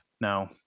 no